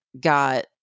got